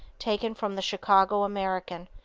taken from the chicago american,